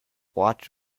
watch